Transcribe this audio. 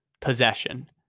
possession